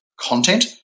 content